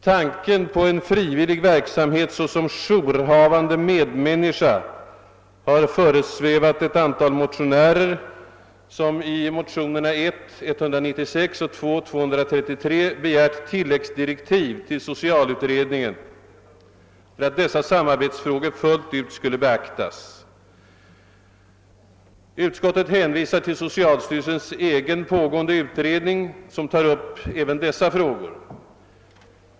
Tanken på en frivillig verksamhet såsom jourhavande medmänniska har föresvävat ett antal motionärer som i motionerna I:196 och II: 233 begärt tilläggsdirektiv till socialutredningen för att dessa samarbetsfrågor fullt ut skulle beaktas. Utskottet hänvisar till socialstyrelsens egen pågående utredning, som tar upp även dessa frågor.